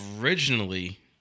originally